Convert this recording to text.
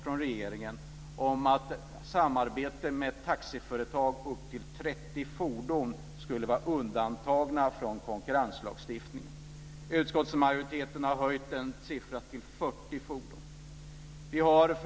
Det innebär att taxiföretag med upp till 30 fordon skulle vara undantagna från konkurrenslagstiftningen. Utskottsmajoriteten har höjt den siffran till 40 fordon.